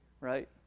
right